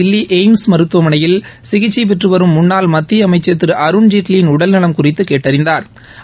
தில்லி எய்ம்ஸ் மருத்துவமனையில் சிகிச்சை பெற்று வரும் முன்னாள் மத்திய அமைச்சா் திரு அருண்ஜேட்லியின் உடல்நலம் குறித்து கேட்டறிந்தாா்